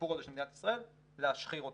הסיפור הזה של מדינת ישראל, להשחיר אותם.